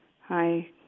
Hi